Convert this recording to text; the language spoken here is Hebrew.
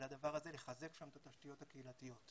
לדבר הזה, לחזק שם את התשתיות הקהילתיות.